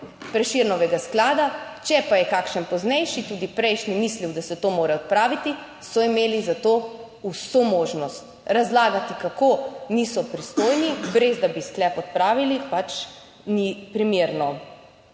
Prešernovega sklada, če pa je kakšen poznejši, tudi prejšnji, mislil, da se to mora odpraviti, so imeli za to vso možnost. Razlagati, kako niso pristojni, brez da bi sklep odpravili, pač ni primerno